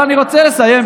אבל אני רוצה לסיים,